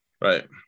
right